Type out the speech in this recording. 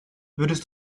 würdest